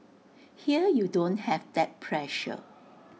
here you don't have that pressure